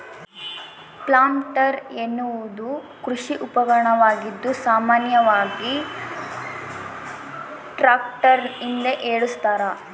planter ಎನ್ನುವುದು ಕೃಷಿ ಉಪಕರಣವಾಗಿದ್ದು ಸಾಮಾನ್ಯವಾಗಿ ಟ್ರಾಕ್ಟರ್ನ ಹಿಂದೆ ಏಳಸ್ತರ